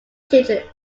children